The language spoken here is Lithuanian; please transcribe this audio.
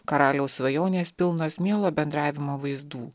karaliaus svajonės pilnos mielo bendravimo vaizdų